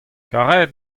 karet